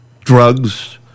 drugs